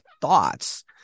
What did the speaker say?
thoughts